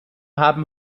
haben